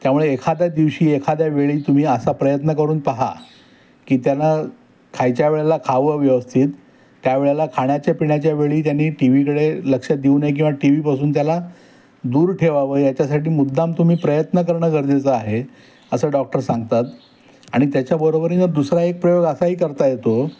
त्यामुळे एखाद्या दिवशी एखाद्या वेळी तुम्ही असा प्रयत्न करून पहा की त्यांना खायच्या वेळेला खावं व्यवस्थित त्यावेळेला खाण्याच्या पिण्याच्या वेळी त्यांनी टी व्हीकडे लक्ष देऊ नये किंवा टी व्हीपासून त्याला दूर ठेवावं याच्यासाठी मुद्दाम तुम्ही प्रयत्न करणं गरजेचं आहे असं डॉक्टर सांगतात आणि त्याच्याबरोबरीनं दुसरा एक प्रयोग असाही करता येतो